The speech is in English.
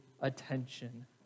attention